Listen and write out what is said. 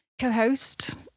co-host